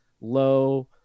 low